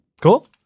Cool